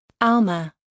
Alma